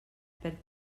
per